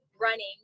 running